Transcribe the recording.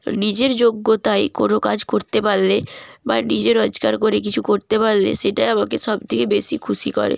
নিজের যোগ্যতায় কোনো কাজ করতে পারলে বা নিজে রোজগার করে কিছু করতে পারলে সেটা আমাকে সব থেকে বেশি খুশি করে